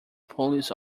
police